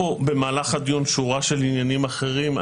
במהלך הדיון עלתה שורה של עניינים אחרים.